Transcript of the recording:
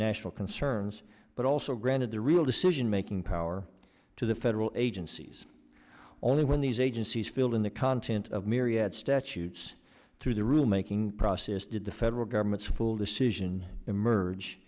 national concerns but also granted the real decision making power to the federal agencies only when these agencies fill in the content of myriad statutes through the rule making process did the federal government's full decision emerge